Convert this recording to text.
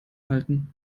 halten